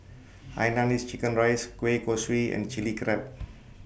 Hainanese Chicken Rice Kueh Kosui and Chili Crab